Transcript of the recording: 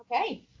okay